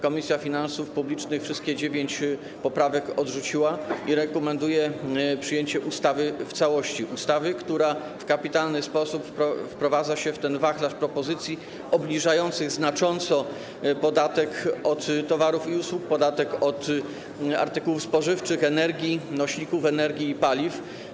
Komisja Finansów Publicznych wszystkie dziewięć poprawek odrzuciła i rekomenduje przyjęcie ustawy w całości, ustawy, która w kapitalny sposób wprowadza się w ten wachlarz propozycji obniżających znacząco podatek od towarów i usług, podatek od artykułów spożywczych, energii, nośników energii i paliw.